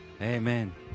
Amen